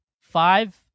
five